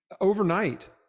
overnight